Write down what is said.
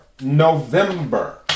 November